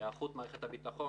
היערכות מערכת הביטחון,